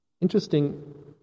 Interesting